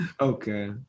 Okay